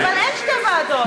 אבל אין שתי ועדות.